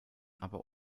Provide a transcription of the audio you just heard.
aber